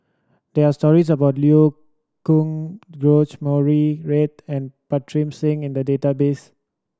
there are stories about Liu Kang George Murray Reith and Pritam Singh in the database